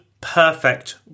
perfect